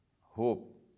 hope